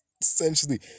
essentially